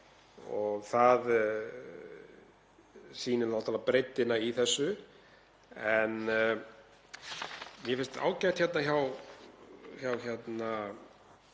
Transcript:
og það sýnir náttúrlega breiddina í þessu. Mér finnst ágætt hjá